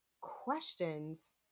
questions